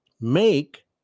make